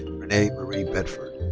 renee marie bedford.